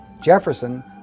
Jefferson